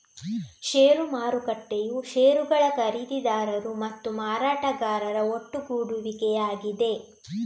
ಷೇರು ಮಾರುಕಟ್ಟೆಯು ಷೇರುಗಳ ಖರೀದಿದಾರರು ಮತ್ತು ಮಾರಾಟಗಾರರ ಒಟ್ಟುಗೂಡುವಿಕೆಯಾಗಿದೆ